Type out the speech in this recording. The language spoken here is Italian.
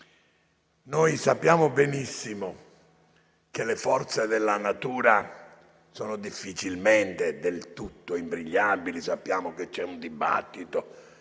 Sappiamo benissimo che le forze della natura sono difficilmente del tutto imbrigliabili. Sappiamo che c'è un dibattito